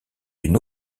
une